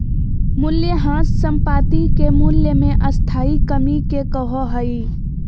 मूल्यह्रास संपाति के मूल्य मे स्थाई कमी के कहो हइ